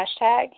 hashtag